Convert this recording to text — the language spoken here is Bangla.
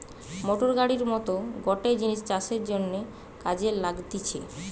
মোটর গাড়ির মত গটে জিনিস চাষের জন্যে কাজে লাগতিছে